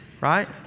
right